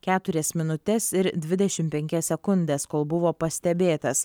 keturias minutes ir dvidešim penkias sekundes kol buvo pastebėtas